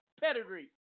pedigree